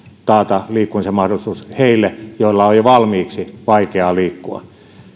taata liikkumisen mahdollisuus heille joiden on jo valmiiksi vaikeaa liikkua